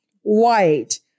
white